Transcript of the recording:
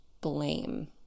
blame